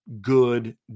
good